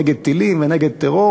נגד טילים ונגד טרור